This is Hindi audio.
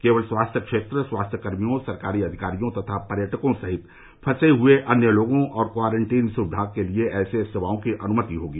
केवल स्वास्थ्य क्षेत्र स्वास्थ्य कर्मियों सरकारी अधिकारियों तथा पर्यटकों सहित फंसे हुए अन्य लोगों और क्वॉरंटीन सुविधाओं के लिए ऐसी सेवाओं की अनुमति होगी